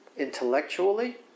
intellectually